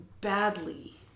badly